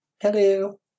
hello